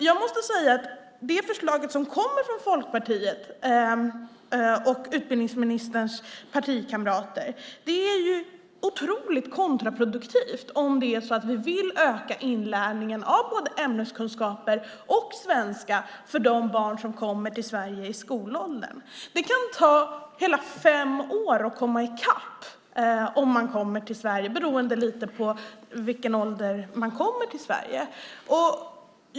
Jag måste säga att det förslag som kommer från Folkpartiet och utbildningsministerns partikamrater är otroligt kontraproduktivt, om det är så att vi vill öka inlärningen av både ämneskunskaper och svenska för de barn som kommer till Sverige i skolåldern. Det kan ta hela fem år att komma i kapp, beroende lite på i vilken ålder man kommer till Sverige.